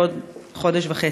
בעוד חודש וחצי.